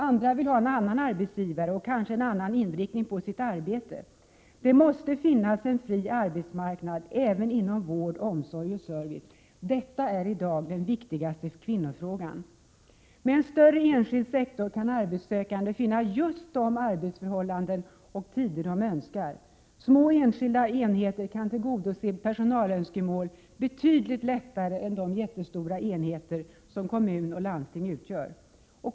Andra vill ha en annan arbetsgivare och kanske en annan inriktning på sitt arbete. Det måste finnas en fri arbetsmarknad även inom vård, omsorg och service. Detta är i dag den viktigaste kvinnofrågan. Med en större enskild sektor kan arbetssökande finna just de arbetsförhållanden och tider de önskar. Små enskilda enheter kan tillgodose personalönskemål betydligt lättare än de jättestora enheter som kommuner och landsting utgör.